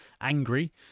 angry